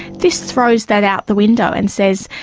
this throws that out the window and says,